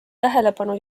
tähelepanu